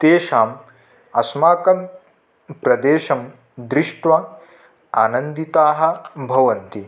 तेषाम् अस्माकं प्रदेशं दृष्ट्वा आनन्दिताः भवन्ति